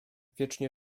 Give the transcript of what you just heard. wiecznie